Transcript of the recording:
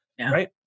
Right